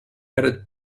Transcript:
added